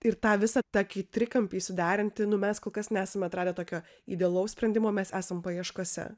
ir tą visą tokį trikampį suderinti nu mes kol kas nesam atradę tokio idealaus sprendimo mes esam paieškose